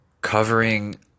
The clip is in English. covering